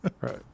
right